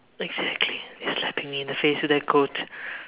exactly slapping me in the face with that quote